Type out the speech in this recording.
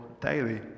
daily